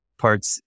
parts